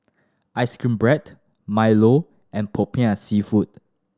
Ice Cream Bread Milo and Popiah Seafood